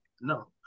No